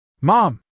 Mom